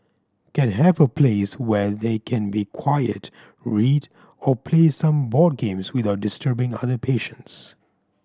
can have a place where they can be quiet read or play some board games without disturbing other patients